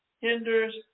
hinders